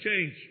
change